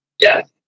Yes